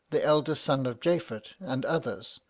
the eldest son of japhet, and others,